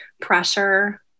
pressure